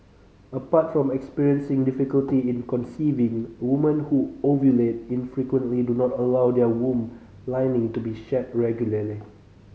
apart from experiencing difficulty in conceiving woman who ovulate infrequently do not allow their womb lining to be shed regularly